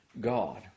God